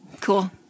cool